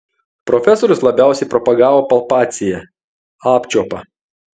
profesorius labiausiai propagavo palpaciją apčiuopą